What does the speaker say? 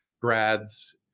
grads